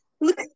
Look